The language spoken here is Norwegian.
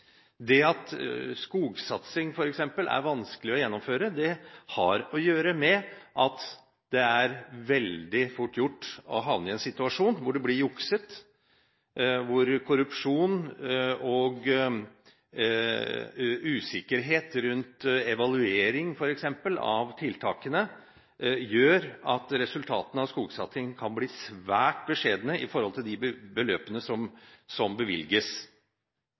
Det at skogsatsing, f.eks., er vanskelig å gjennomføre, har å gjøre med at det er veldig fort gjort å havne i en situasjon hvor det blir jukset, og hvor korrupsjon og usikkerhet rundt f.eks. evaluering av tiltakene gjør at resultatene av skogsatsingen kan bli svært beskjedne i forhold til de beløpene som bevilges.